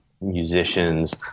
musicians